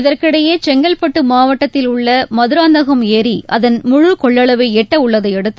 இதற்கிடையே செங்கல்பட்டு மாவட்டத்தில் உள்ள மதராந்தகம் ஏரி அதன் முழு கொள்ளளவை எட்ட உள்ளதையடுத்து